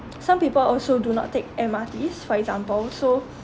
some people also do not take M_R_Ts for example so